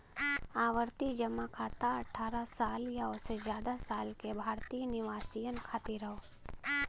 आवर्ती जमा खाता अठ्ठारह साल या ओसे जादा साल के भारतीय निवासियन खातिर हौ